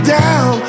down